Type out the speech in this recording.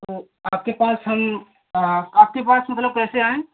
तो आपके पास हम आपके पास मतलब कैसे आएँ